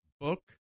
book